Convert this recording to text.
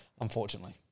unfortunately